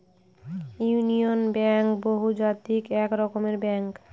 union Bank বহুজাতিক এক রকমের ব্যাঙ্ক